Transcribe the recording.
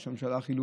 ראש הממשלה החלופי,